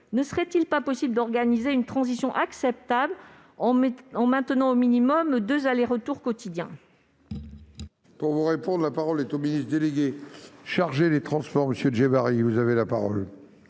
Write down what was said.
ne serait-il pas possible d'organiser une transition acceptable en maintenant au minimum deux allers-retours quotidiens ?